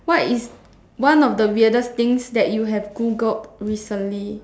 what is one of the weirdest things that you have Googled recently